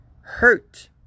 Hurt